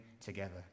together